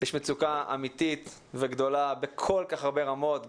יש מצוקה אמיתית וגדולה בכל כך הרבה רמות.